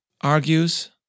argues